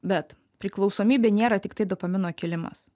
bet priklausomybė nėra tiktai dopamino kilimas